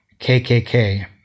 KKK